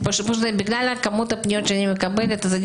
בגלל כמות הפניות שאני מקבלת אז אני